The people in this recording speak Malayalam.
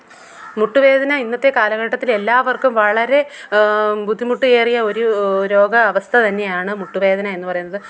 മുട്ടുവേദന ഇന്നത്തെ കാലഘട്ടത്തിൽ എല്ലാവര്ക്കും വളരെ ബുദ്ധിമുട്ട് ഏറിയ ഒരു രോഗ അവസ്ഥ തന്നെയാണ് മുട്ടുവേദന എന്നു പറയുന്നത്